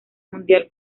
mundial